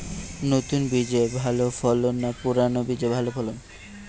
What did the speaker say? নতুন বীজে ভালো ফলন না পুরানো বীজে ভালো ফলন?